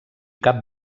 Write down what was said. cap